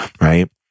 right